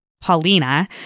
Paulina